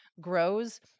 grows